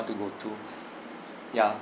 to go to ya